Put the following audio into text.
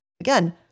Again